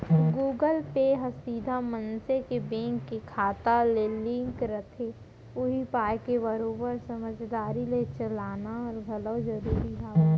Google Pay ह सीधा मनसे के बेंक के खाता ले लिंक रथे उही पाय के बरोबर समझदारी ले चलाना घलौ जरूरी हावय